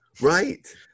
Right